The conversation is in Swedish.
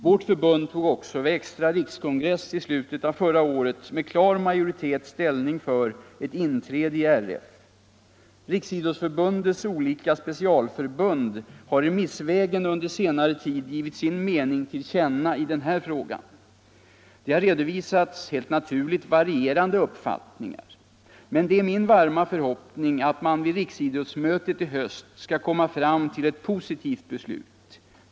Vårt förbund tog också vid extra rikskongress i slutet av förra året med klar majoritet ställning för ett inträde i RF. Riksidrottsförbundets olika specialförbund har remissvägen under senare tid givit sin mening till känna i denna fråga. Det har helt naturligt redovisats varierande uppfattningar. Men det är min varma förhoppning att man vid riksidrottsmötet i höst skall komma fram till ett positivt beslut.